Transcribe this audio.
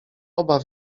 oba